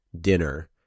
dinner